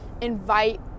invite